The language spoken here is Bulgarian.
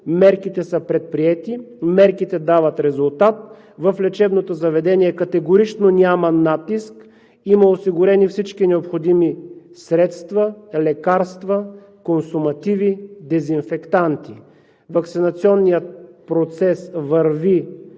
мерките са предприети, мерките дават резултат. В лечебното заведение категорично няма натиск, има осигурени всички необходими средства, лекарства, консумативи, дезинфектанти. Ваксинационният процес върви съобразно